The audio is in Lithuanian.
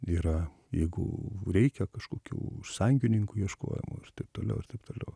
yra jeigu reikia kažkokių sąjungininkų ieškojimo ir taip toliau ir taip toliau